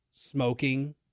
smoking